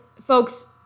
Folks